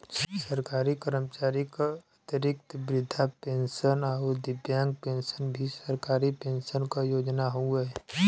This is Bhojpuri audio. सरकारी कर्मचारी क अतिरिक्त वृद्धा पेंशन आउर दिव्यांग पेंशन भी सरकारी पेंशन क योजना हउवे